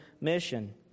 mission